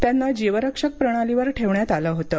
त्यांना जीव रक्षक प्रणालीवर ठेवण्यात आलं होतं